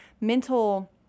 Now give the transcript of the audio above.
mental